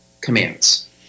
commands